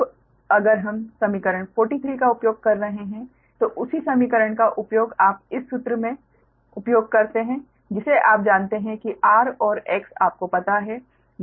अब अगर हम समीकरण 43 का उपयोग कर रहे हैं तो उसी समीकरण का उपयोग आप इस सूत्र मे उपयोग करते हैं जिसे आप जानते हैं कि R और X आपको पता है